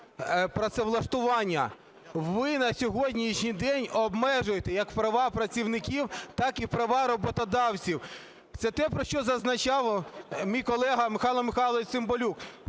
Ви на сьогоднішній день обмежуєте як права працівників, так і права роботодавців, це те, про що зазначав мій колега Михайло Михайлович Цимбалюк,